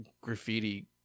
graffiti